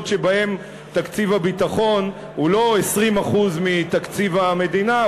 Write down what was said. שבהן תקציב הביטחון הוא לא 20% מתקציב המדינה,